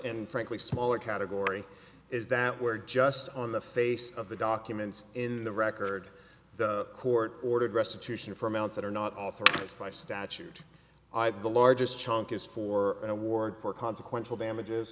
and frankly smaller category is that where just on the face of the documents in the record the court ordered restitution for amounts that are not authorized by statute either the largest chunk is for an award for consequential damages